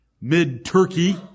mid-Turkey